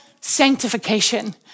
sanctification